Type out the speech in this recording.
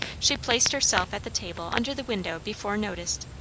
she placed herself at the table under the window before noticed,